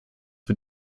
für